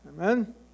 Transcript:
Amen